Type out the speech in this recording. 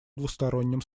двустороннем